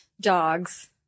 dogs